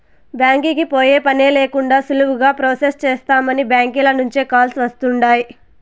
బ్యాంకీకి పోయే పనే లేకండా సులువుగా ప్రొసెస్ చేస్తామని బ్యాంకీల నుంచే కాల్స్ వస్తుండాయ్